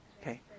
Okay